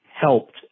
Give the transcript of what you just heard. helped